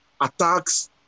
attacks